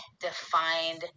defined